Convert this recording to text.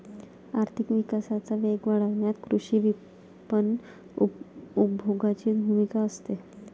आर्थिक विकासाचा वेग वाढवण्यात कृषी विपणन उपभोगाची भूमिका असते